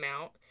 out